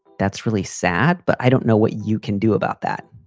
that's really sad. but i don't know what you can do about that.